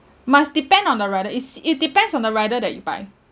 must depend on the rider is it depends on the rider that you buy